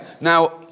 Now